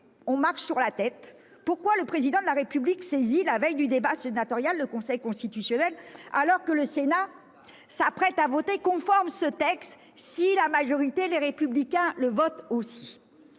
on marche sur la tête : pourquoi le Président de la République annonce-t-il, la veille du débat sénatorial, la saisine du Conseil constitutionnel, alors que le Sénat s'apprête à voter conforme ce texte, si la majorité Les Républicains le vote ainsi ?